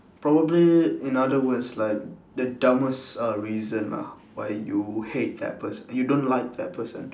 probably in other words like the dumbest uh reason ah why you hate that person you don't like that person